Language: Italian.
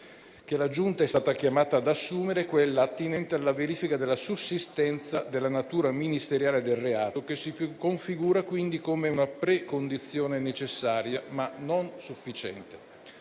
che la Giunta è stata chiamata ad assumere è quella attinente alla verifica della sussistenza della natura ministeriale del reato, che si configura quindi come una precondizione necessaria, ma non sufficiente.